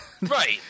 right